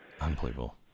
Unbelievable